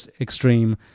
extreme